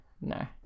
no